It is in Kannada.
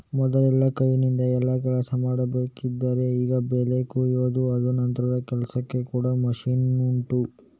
ಮೊದಲೆಲ್ಲ ಕೈನಿಂದಾನೆ ಎಲ್ಲಾ ಕೆಲ್ಸ ಮಾಡ್ಬೇಕಿದ್ರೆ ಈಗ ಬೆಳೆ ಕೊಯಿದು ಆದ ನಂತ್ರದ ಕೆಲ್ಸಕ್ಕೆ ಕೂಡಾ ಮಷೀನ್ ಉಂಟು